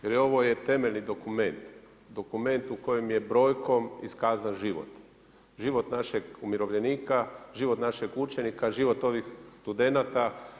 Jer ovo je temeljni dokument, dokument u kojem je brojkom iskazan život, živog našeg umirovljenika, život našeg učenika, život ovih studenata.